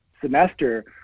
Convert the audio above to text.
semester